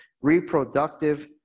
reproductive